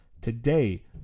Today